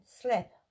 slip